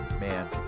man